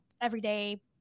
everyday